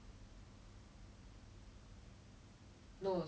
no that was what I was thinking about like me you told me about the independence thing